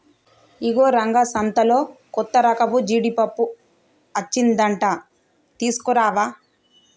ఇగో రంగా సంతలో కొత్తరకపు జీడిపప్పు అచ్చిందంట తీసుకురావా